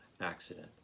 accident